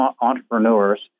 entrepreneurs